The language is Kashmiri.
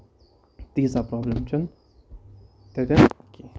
تیٖژھ برابلِم چھےٚ نہٕ تَتین کیٚنٛہہ